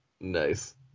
Nice